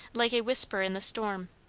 like a whisper in the storm,